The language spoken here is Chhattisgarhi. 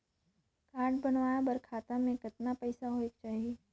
कारड बनवाय बर खाता मे कतना पईसा होएक चाही?